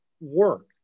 work